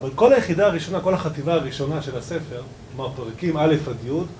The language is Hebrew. כל היחידה הראשונה, כל החטיבה הראשונה של הספר, כלומר פרקים, א' עד י'